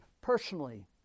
personally